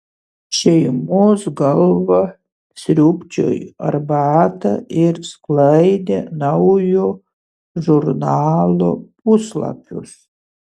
šeimos galva sriūbčiojo arbatą ir sklaidė naujo žurnalo puslapius